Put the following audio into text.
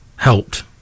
helped